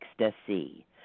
ecstasy